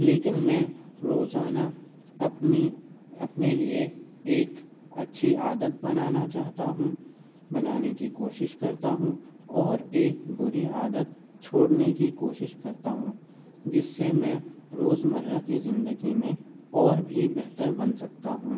لیکن میں روزانہ اپنی اپنے لیے ایک اچھی عادت بنانا چاہتا ہوں بنانے کی کوشش کرتا ہوں اور ایک بری عادت چھوڑنے کی کوشش کرتا ہوں جس سے میں روزمرہ کی زندگی میں اور بھی بہتر بن سکتا ہوں